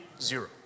zero